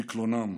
בקלונם.